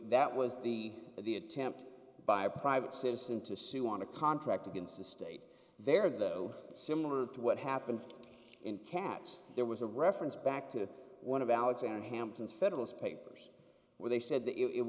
that was the the attempt by a private citizen to sue on a contract against the state there though similar to what happened in katz there was a reference back to one of alexander hamilton federalist papers where they said the it